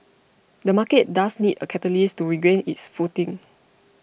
the market does need a catalyst to regain its footing